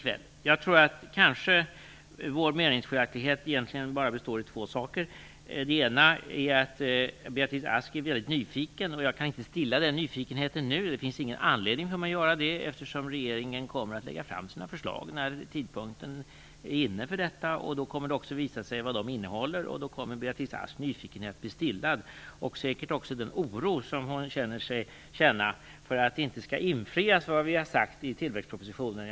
Vår meningsskiljaktighet består kanske egentligen bara av två saker. Det ena punkten är att Beatrice Ask är väldigt nyfiken, och jag kan inte stilla den nyfikenheten nu. Det finns ingen anledning för mig att göra det, eftersom regeringen kommer att lägga fram sina förslag när tidpunkten är inne. Då visar det sig också vad de innehåller, och då kommer Beatrice Asks nyfikenhet att bli stillad. Detsamma gäller den oro som hon säger sig känna för att vi inte skall infria det som vi har utlovat i tillväxtpropositionen.